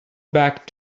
back